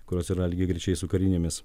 kurios yra lygiagrečiai su karinėmis